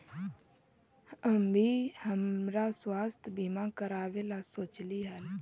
हम भी हमरा स्वास्थ्य बीमा करावे ला सोचली हल